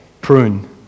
prune